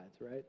right